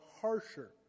harsher